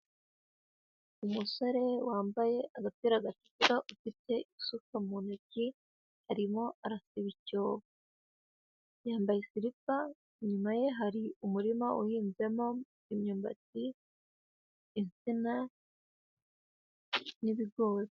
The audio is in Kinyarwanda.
Umusore wambaye agapira gatukura ufite isuka mu ntoki, arimo aracukura icyobo, yambaye siripa, inyuma ye hari umurima uhinzemo imyumbati, insina n'ibigori.